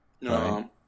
No